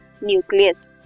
nucleus